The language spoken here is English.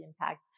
impact